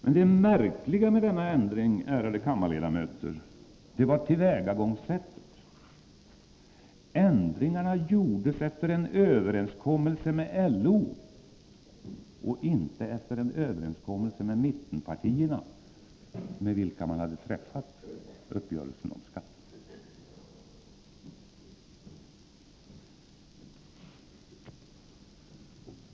Men det märkliga med dessa ändringar, ärade kammarledamöter, var tillvägagångssättet: Ändringarna gjordes efter en överenskommelse med LO och inte efter en överenskommelse med mittenpartierna, med vilka man hade träffat uppgörelsen om skatterna!